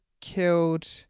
killed